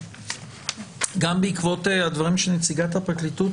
וגם בעקבות הדברים שאמרה נציגת הפרקליטות